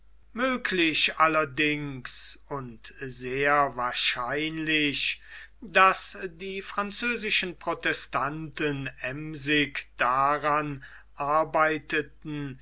möglich allerdings und sehr wahrscheinlich daß die französischen protestanten emsig daran arbeiteten